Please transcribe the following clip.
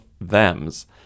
them's